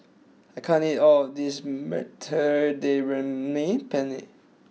I can't eat all of this Mediterranean Penne